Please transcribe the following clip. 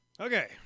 Okay